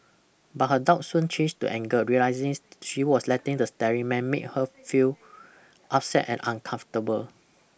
but her doubt soon changed to anger realising she was letting the staring man make her feel upset and uncomfortable